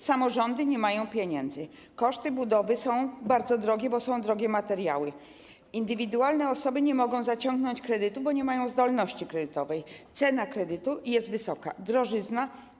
Samorządy nie mają pieniędzy, koszty budowy są bardzo wysokie, bo drogie są materiały, indywidualne osoby nie mogą zaciągnąć kredytu, bo nie mają zdolności kredytowej - cena kredytu jest wysoka i jest drożyzna.